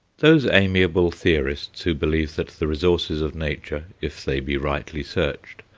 those amiable theorists who believe that the resources of nature, if they be rightly searched,